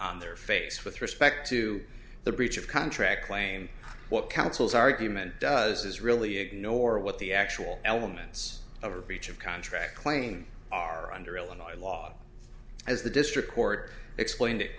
their face with respect to the breach of contract claim what council's argument does is really ignore what the actual elements of breach of contract claim are under illinois law as the district court explained